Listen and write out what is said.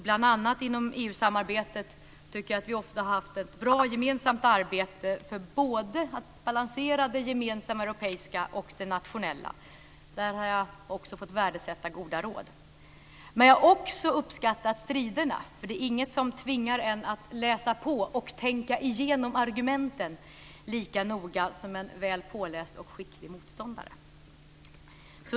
Bl.a. inom EU-samarbetet har vi ofta haft ett bra gemensamt arbete för att balansera det gemensamma europeiska och det nationella. Där har jag också fått värdesätta goda råd. Jag har också uppskattat striderna. Det är ingen som tvingar en att läsa på och tänka igenom argumenten lika noga som en väl påläst och skicklig motståndare.